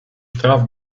straff